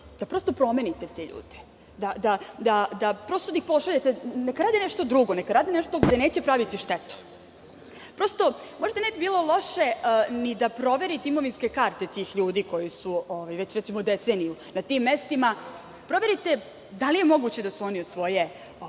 da prosto promenite te ljude, da ih pošaljete da rade nešto drugo, neka rade nešto gde neće praviti štetu. Možda ne bi bilo loše ni da proverite imovinske karte tih ljudi koji su već deceniju na tim mestima. Proverite da li je moguće da su oni od svoje